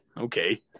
okay